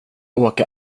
åka